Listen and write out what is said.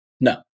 No